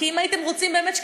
כי אם באמת הייתם רוצים שקיפות,